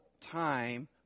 time